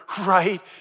right